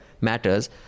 Matters